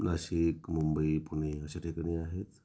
नाशिक मुंबई पुणे अशा ठिकाणी आहेत